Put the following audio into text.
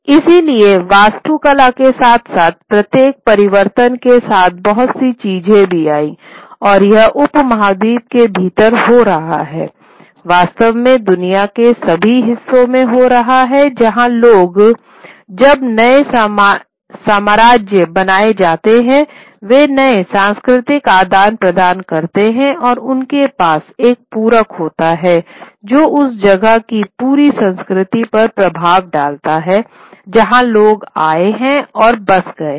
इसलिए वास्तुकला के साथ साथ प्रत्येक परिवर्तन के साथ बहुत सी चीजें भी आईं और यह उपमहाद्वीप के भीतर हो रहा हैं वास्तव में दुनिया के सभी हिस्सों में हो रहा है जहां लोग जब नए साम्राज्य बनाए जाते हैं वे नए सांस्कृतिक आदान प्रदान करते हैं और उनके पास एक पूरक होता है जो उस जगह की पूरी संस्कृति पर प्रभाव डालता हैं जहां लोग आए हैं और बस गए हैं